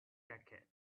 jacket